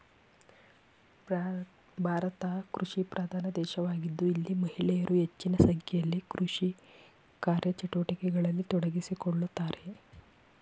ಭಾರತ ಕೃಷಿಪ್ರಧಾನ ದೇಶವಾಗಿದ್ದು ಇಲ್ಲಿ ಮಹಿಳೆಯರು ಹೆಚ್ಚಿನ ಸಂಖ್ಯೆಯಲ್ಲಿ ಕೃಷಿ ಕಾರ್ಯಚಟುವಟಿಕೆಗಳಲ್ಲಿ ತೊಡಗಿಸಿಕೊಳ್ಳುತ್ತಾರೆ